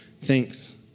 thanks